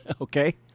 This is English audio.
okay